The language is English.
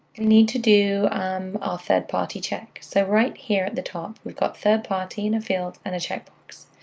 need to do our um ah third party check. so right here at the top, we've got third party, and a field, and a checkbox.